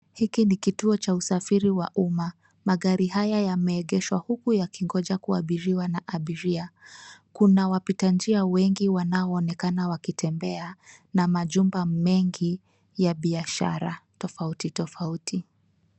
Hiki ni kituo cha usafiri wa umma. Magari haya yameegeshwa huku yakingoja kuabiriwa na abiria. Kuna wapita njia wengi wanaoonekana wakitembea na majumba mengi ya biashara tofauti tofauti.